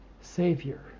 Savior